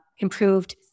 improved